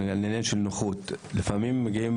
לעניין הנוחות לפעמים אנשים,